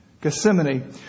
Gethsemane